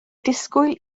disgwyl